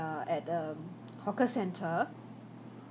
at um hawker centre